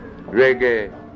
Reggae